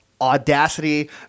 audacity